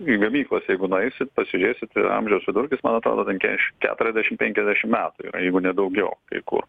į gamyklas jeigu nueisit pasižiūrėsit amžiaus vidurkis man atrodo keš keturiasdešimt penkiasdešimt metų yra jeigu ne daugiau kai kur